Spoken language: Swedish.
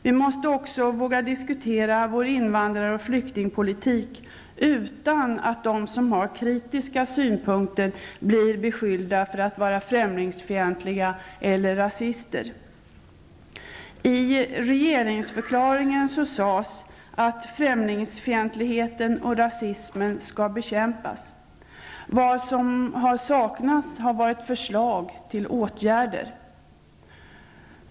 Vi måste också våga diskutera vår invandrar och flyktingpolitik utan att de som har kritiska synpunkter blir beskylda för att vara främlingsfientliga eller rasistiska. ''främlingsfientligheten och rasismen skall bekämpas''. Vad som har saknats är förslag till åtgärder.